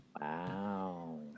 Wow